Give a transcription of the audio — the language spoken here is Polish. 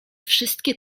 wszystkie